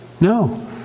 No